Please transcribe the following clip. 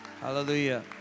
hallelujah